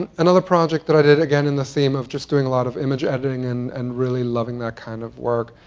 and another project that i did, again in this theme of just doing a lot of image editing and and really loving that kind of work,